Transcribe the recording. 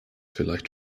vielleicht